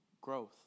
growth